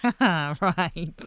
Right